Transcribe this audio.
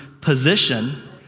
position